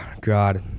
God